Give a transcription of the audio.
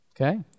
Okay